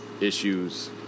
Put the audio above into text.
issues